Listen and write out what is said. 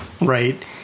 right